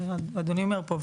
אדוני אומר פה,